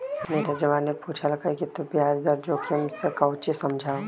नीरजवा ने पूछल कई कि तू ब्याज दर जोखिम से काउची समझा हुँ?